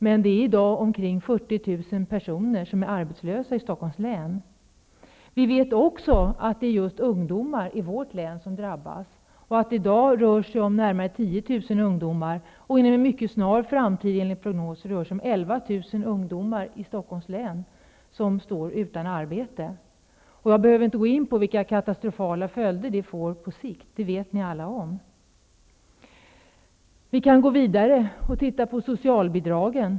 Men i dag är omkring 40 000 personer arbetslösa i Stockholms län. Vi vet också att det är just ungdomar i vårt län som drabbas. I dag rör det sig om närmare 10 000 ungdomar. I prognoser framkommer det att det inom en snar framtid kan röra sig om att 11 000 ungdomar i Stockholms län står utan arbete. Jag behöver inte gå in på vilka katastrofala följder det här kan få på sikt. Det vet ni alla om. Vi kan gå vidare och titta på socialbidragen.